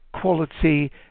quality